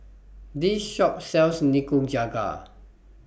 This Shop sells Nikujaga